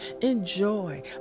enjoy